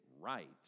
right